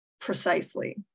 precisely